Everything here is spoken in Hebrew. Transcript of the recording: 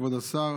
כבוד השר,